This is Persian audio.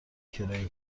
کرایه